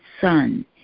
son